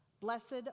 Blessed